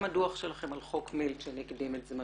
גם הדוח שלכם על חוק מילצ'ן הקדים את זמנו.